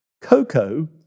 Coco